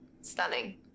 Stunning